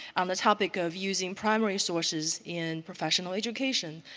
on the topic of using primary sources in professional education.